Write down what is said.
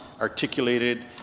articulated